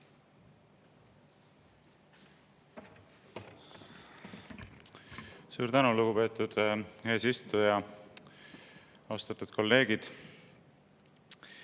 Suur tänu, lugupeetud eesistuja! Austatud kolleegid!